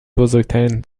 بزرگترین